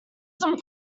some